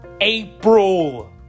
April